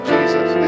Jesus